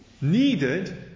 needed